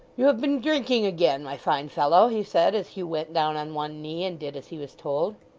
you have been drinking again, my fine fellow he said, as hugh went down on one knee, and did as he was told.